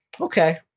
okay